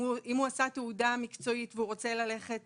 אם הוא עשה תעודה מקצועית והוא רוצה ללכת